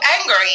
angry